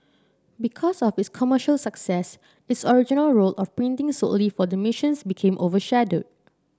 because of its commercial success its original role of printing solely for the missions became overshadowed